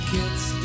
Kids